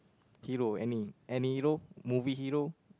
hero any any hero movie hero